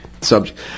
subject